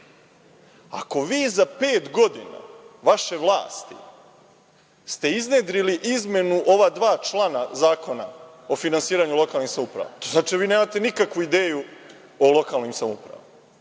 ste vi za pet godina vaše vlasti iznedrili izmenu ova dva člana Zakona o finansiranju lokalnih samouprava, to znači da vi nemate nikakvu ideju o lokalnim samoupravama,